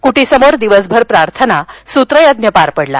क्टीसमोर दिवसभर प्रार्थना सूत्रयज्ञ पार पडला